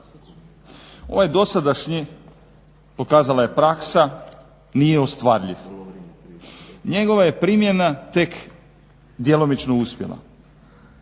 Ovaj dosadašnji pokazala je praksa nije ostvarljiv. Njegova je primjena tek djelomično uspjela.